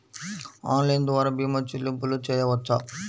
Online ద్వార భీమా చెల్లింపులు చేయవచ్చా?